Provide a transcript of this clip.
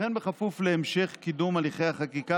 וכן בכפוף להמשך קידום הליכי החקיקה